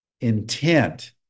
intent